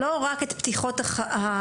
לא רק את פתיחות החקירה,